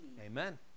Amen